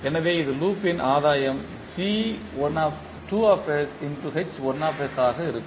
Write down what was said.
எனவே இந்த லூப் ன் ஆதாயம் ஆக இருக்கும்